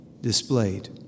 displayed